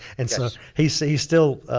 and so, he's so he's still.